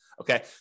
Okay